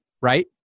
right